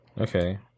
okay